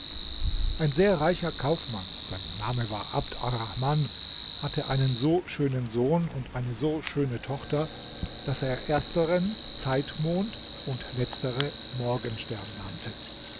ein sehr reicher kaufmann sein name war abd arrahman hatte einen so schönen sohn und eine so schöne tochter daß er ersteren zeitmond und letztere morgenstern nannte